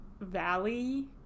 valley